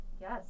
Yes